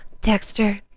Dexter